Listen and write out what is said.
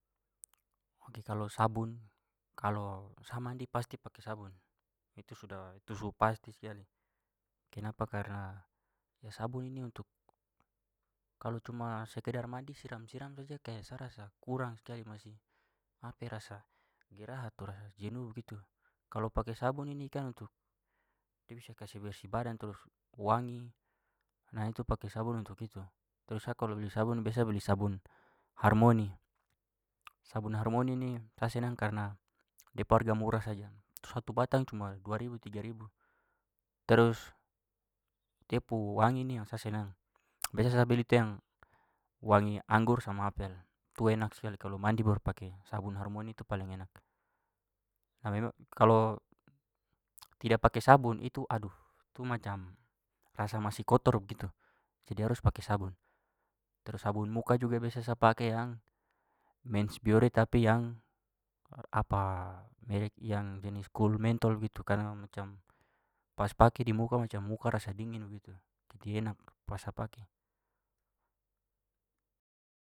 Ok, kalau sabun kalau sa mandi pasti pakai sabun. Itu sudah- itu su pasti sekali. Kenapa karena sabun ini untuk kalau cuma sekedar mandi siram-siram saja kayak sa rasa kurang sekali. Masih rasa gerah atau rasa jenuh begitu. Kalau pakai sabun ini kan untuk dia bisa kasih bersih badan terus wangi. Nah itu pakai sabun untuk itu. Terus sa kalau beli sabun biasa beli sabun harmony. Sabun harmony ni sa senang karena da pu harga murah saja. Satu batang cuma dua ribu tiga ribu. Terus dia pu wangi ni yang sa senang. Biasa sa beli itu yang wangi anggur sama apel. Itu enak sekali kalau mandi baru pakai sabun harmony itu paling enak. kalau tidak pakai sabun itu aduh itu macam rasa masih kotor begitu jadi harus pakai sabun. Terus sabun muka juga biasa sa pake yang mens biore tapi yang merk yang jenis cool menthol begitu karena macam pas pakai di muka macam muka rasa dingin begitu. Jadi enak pas sa pakai.